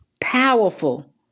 powerful